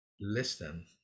listen